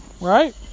Right